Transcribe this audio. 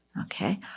okay